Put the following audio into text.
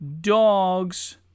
dogs